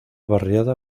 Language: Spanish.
barriada